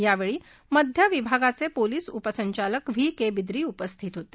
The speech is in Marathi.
यावेळी मध्य विभागाचे पोलिस उपसंचालक व्ही के बिद्री उपस्थित होते